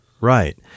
Right